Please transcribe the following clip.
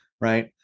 right